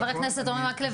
חבר הכנת אורי מקלב,